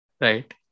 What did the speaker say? Right